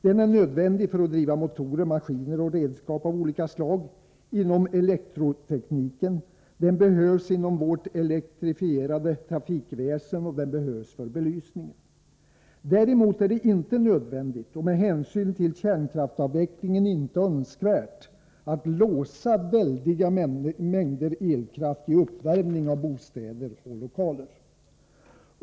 Den är nödvändig för att driva motorer, maskiner och redskap av olika slag, den är nödvändig inom elektrotekniken, den behövs inom vårt elektrifierade trafikväsen och för belysningen. Däremot är det inte nödvändigt, och med hänsyn till kärnkraftsavvecklingen inte önskvärt, att låsa väldiga mängder elkraft i uppvärmning av bostäder och lokaler.